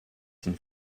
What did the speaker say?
den